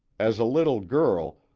as a little girl,